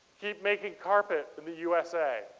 keep making carpet in the usa.